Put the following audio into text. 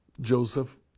Joseph